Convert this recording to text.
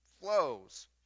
flows